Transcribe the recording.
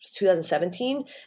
2017